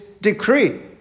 decree